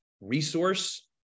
resource